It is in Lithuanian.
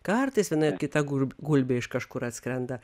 kartais viena kita gul gulbė iš kažkur atskrenda